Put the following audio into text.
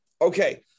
Okay